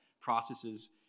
processes